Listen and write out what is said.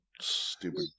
stupid